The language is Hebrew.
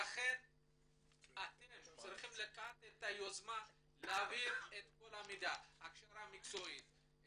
ואתם צריכים לקחת יוזמה ולהעביר את כל המידע לגבי הכשרה מקצועית,